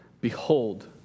behold